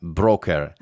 broker